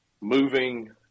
moving